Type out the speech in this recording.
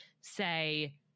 say